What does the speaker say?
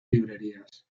librerías